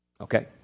Okay